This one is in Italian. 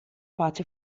pace